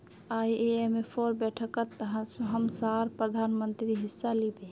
आईएमएफेर बैठकत हमसार प्रधानमंत्री हिस्सा लिबे